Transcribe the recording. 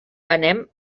anem